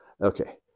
Okay